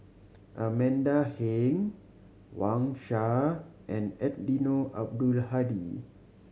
Amanda Heng Wang Sha and Eddino Abdul Hadi